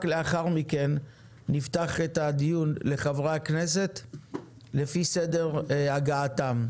לאחר מכן נפתח את הדיון לחברי הכנסת על פי סדר הגעתם.